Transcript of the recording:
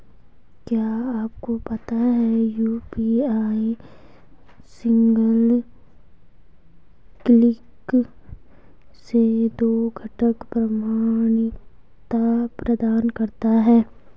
क्या आपको पता है यू.पी.आई सिंगल क्लिक से दो घटक प्रमाणिकता प्रदान करता है?